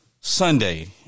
Sunday